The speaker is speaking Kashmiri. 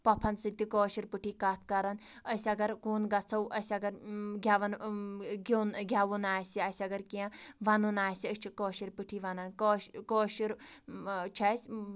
پۅپھن سۭتۍ تہِ کٲشِر پٲٹھی کَتھ کَران أسی اَگر کُن گژھو أسۍ اَگر گٮ۪وان گیُن گٮ۪وُن آسہِ اَسہِ اَگر کیٚنٛہہ وَنُن آسہِ أسۍ چھِ کٲشِر پٲٹھی وَنان کٲشُر کٲشُر چھُ اَسہِ